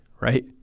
right